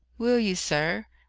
will you, sir?